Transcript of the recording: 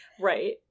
Right